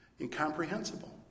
Incomprehensible